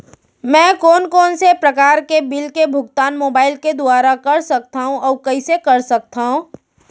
मैं कोन कोन से प्रकार के बिल के भुगतान मोबाईल के दुवारा कर सकथव अऊ कइसे कर सकथव?